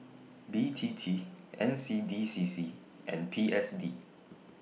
B T T N C D C C and P S D